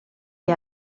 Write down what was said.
que